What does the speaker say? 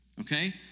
okay